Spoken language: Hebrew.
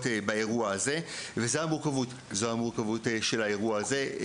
באירוע הזה ופה זה עצם המורכבות של האירוע הזה.